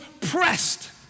pressed